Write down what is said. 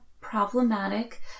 problematic